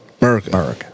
America